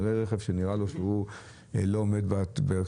יראה רכב שנראה לו שהוא רכב מזהם,